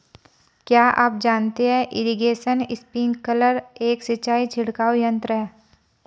क्या आप जानते है इरीगेशन स्पिंकलर एक सिंचाई छिड़काव यंत्र है?